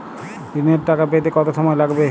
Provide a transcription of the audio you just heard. ঋণের টাকা পেতে কত সময় লাগবে?